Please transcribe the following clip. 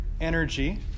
energy